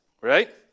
Right